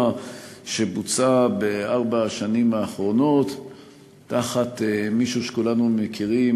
שבוצעה בארבע השנים האחרונות תחת מישהו שכולנו מכירים,